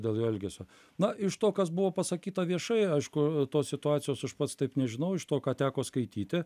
dėl jo elgesio na iš to kas buvo pasakyta viešai aišku tos situacijos aš pats taip nežinau iš to ką teko skaityti